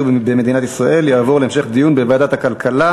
במדינת ישראל יעבור להמשך דיון בוועדת הכלכלה.